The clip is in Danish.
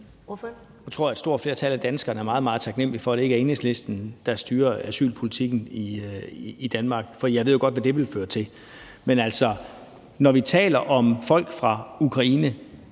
Jeg tror, at et stort flertal af danskerne er meget, meget taknemlige for, at det ikke er Enhedslisten, der styrer asylpolitikken i Danmark, for jeg ved jo godt, hvad det ville føre til. Men når vi taler om folk fra Ukraine,